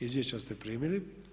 Izvješća ste primili.